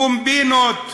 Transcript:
קומבינות.